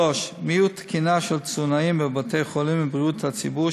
3. מיעוט תקינה של תזונאים בבתי-החולים ובבריאות הציבור,